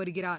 வருகிறார்